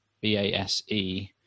B-A-S-E